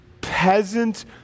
peasant